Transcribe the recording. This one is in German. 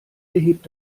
behebt